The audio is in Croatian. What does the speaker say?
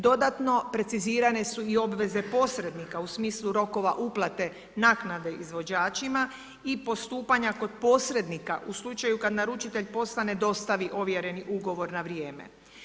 Dodatno precizirane su i obveze posrednika u smislu rokova uplate naknade izvođačima i postupanja kod posrednika u slučaju kada naručitelj posla ne dostavi ovjereni ugovor na vrijeme.